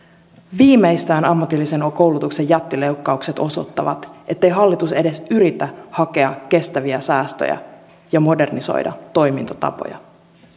viimeistään ammatillisen koulutuksen jättileikkaukset osoittavat ettei hallitus edes yritä hakea kestäviä säästöjä ja modernisoida toimintatapoja